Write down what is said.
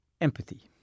Empathy